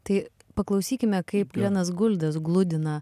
tai paklausykime kaip glenas guldes gludina